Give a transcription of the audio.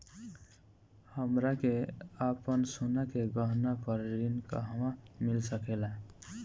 हमरा के आपन सोना के गहना पर ऋण कहवा मिल सकेला?